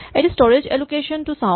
এতিয়া storage allocation টো চাওঁ